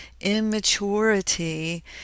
immaturity